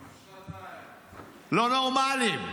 לא נורמלי.